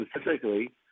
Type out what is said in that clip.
specifically